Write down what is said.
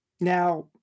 Now